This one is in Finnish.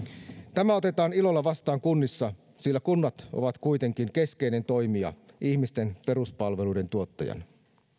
tämä otetaan ilolla vastaan kunnissa sillä kunnat ovat kuitenkin keskeinen toimija ihmisten peruspalveluiden tuottajana